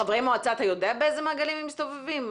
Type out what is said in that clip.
חברי מועצה אתה יודע באילו מעגלים הם מסתובבים?